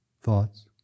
thoughts